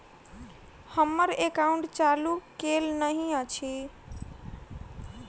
हम्मर एकाउंट चालू केल नहि अछि?